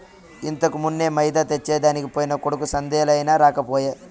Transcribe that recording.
ఇంతకుమున్నే మైదా తెచ్చెదనికి పోయిన కొడుకు సందేలయినా రాకపోయే